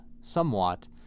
somewhat